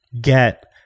get